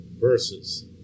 verses